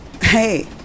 Hey